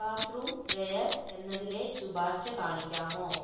bathroom ware എന്നതിലെ ശുപാർശ കാണിക്കാമോ